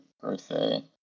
birthday